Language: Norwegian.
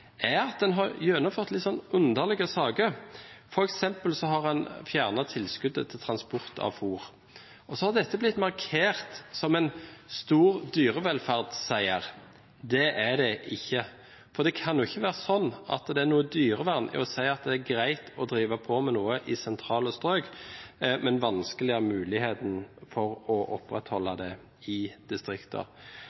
at den har gjennomført litt underlige saker. For eksempel har en fjernet tilskuddet til transport av fôr, og så har dette blitt markert som en stor dyrevelferdsseier. Det er det ikke. For det kan ikke være sånn at det er noe dyrevern i å si at det er greit å drive på med noe i sentrale strøk, men vanskeliggjøre muligheten for å opprettholde det i